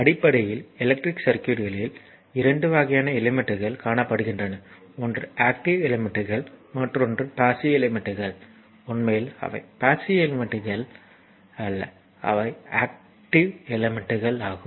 அடிப்படையில் எலக்ட்ரிக் சர்க்யூட்களில் 2 வகையான எலிமெண்ட்கள் காணப்படுகின்றன ஒன்று ஆக்ட்டிவ் எலிமெண்ட்கள் மற்றொன்று பாஸ்ஸிவ் எலிமெண்ட்கள் உண்மையில் அவை பாஸ்ஸிவ் எலிமெண்ட்கள் அல்ல அவை ஆக்ட்டிவ் எலிமெண்ட்கள் ஆகும்